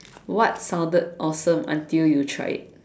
what sounded awesome until you tried it